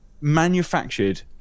manufactured